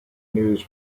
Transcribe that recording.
news